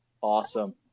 Awesome